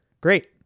Great